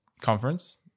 conference